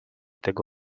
tego